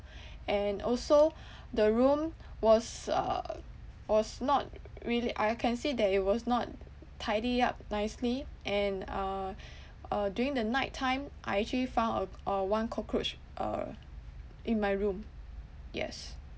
and also the room was uh was not really I I can see that it was not tidy up nicely and uh uh during the night time I actually found uh uh one cockroach uh in my room yes